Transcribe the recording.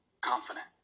confident